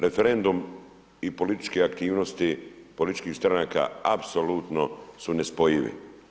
Referendum i političke aktivnosti, političkih stranaka apsolutno su nespojivi.